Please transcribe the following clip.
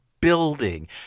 building